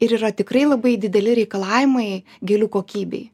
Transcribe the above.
ir yra tikrai labai dideli reikalavimai gėlių kokybei